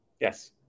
Yes